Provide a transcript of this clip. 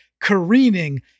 careening